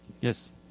Yes